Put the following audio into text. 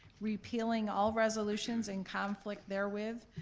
repealing all resolutions and conflict therewith,